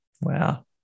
Wow